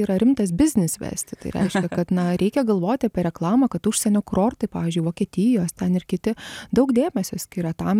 yra rimtas biznis vesti tai reiškia kad na reikia galvoti apie reklamą kad užsienio kurortai pavyzdžiui vokietijos ten ir kiti daug dėmesio skiria tam